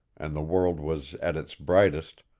and the world was at its brightest,